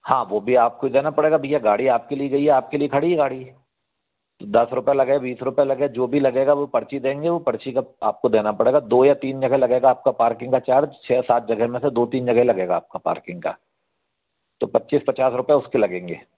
हाँ वो भी आपको हि देना पड़ेगा भैया गाड़ी आपके लिए गई है आपके लिए खड़ी है गाड़ी दस रुपये लगे बीस रुपये लगे जो भी लगेगा वो पर्ची देंगे वो पर्ची का आपको देना पड़ेगा दो या तीन जगह लगेगा आपका पार्किंग का चार्ज छः सात जगह में से दो तीन जगह लगेगा आपका पार्किंग का तो पच्चीस पचास रुपये उसके लगेंगे